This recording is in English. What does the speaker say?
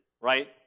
right